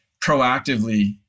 proactively